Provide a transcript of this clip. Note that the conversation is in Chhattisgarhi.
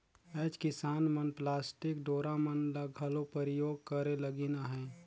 आएज किसान मन पलास्टिक डोरा मन ल घलो परियोग करे लगिन अहे